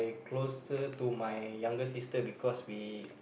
closer to my younger sister because we